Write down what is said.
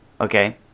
okay